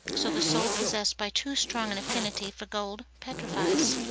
so the soul possessed by too strong an affinity for gold petrifies.